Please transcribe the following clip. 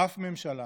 אף ממשלה